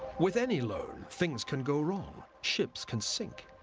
with any loan, things can go wrong. ships can sink.